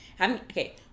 Okay